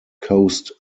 coast